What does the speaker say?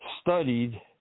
studied